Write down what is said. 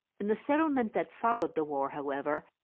in the settlement that followed the war, however,